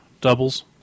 doubles